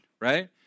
right